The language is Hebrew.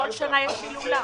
בכל שנה יש הילולה.